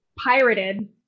pirated